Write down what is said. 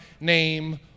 name